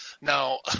Now